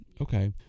Okay